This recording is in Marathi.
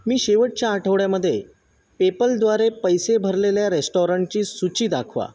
मी शेवटच्या आठवड्यामध्ये पेपलद्वारे पैसे भरलेल्या रेस्टॉरंटची सूची दाखवा